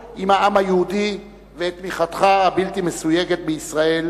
העם היהודי ואת תמיכתך הבלתי מסויגת בישראל,